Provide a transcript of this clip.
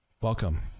Welcome